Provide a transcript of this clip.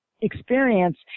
experience